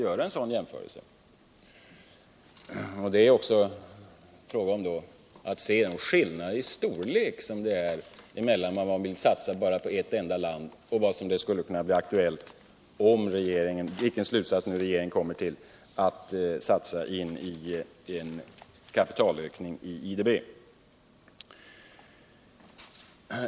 Här gäller det också att se skillnaden i storlek mellan vad som skulle satsas på ett enda land och vad som skulle kunna bli aktuellt - om regeringen kommer till den slutsatsen — att satsa på en ökning av kapitalet i IDB.